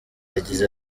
yagize